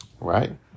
Right